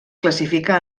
classifica